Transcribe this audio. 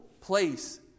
place